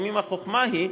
לפעמים החוכמה היא,